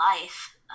life